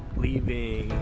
leaving the